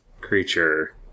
creature